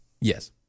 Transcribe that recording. Yes